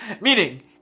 Meaning